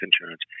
insurance